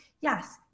yes